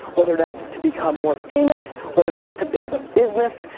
whether that's to become more famous, whether that's to build a business.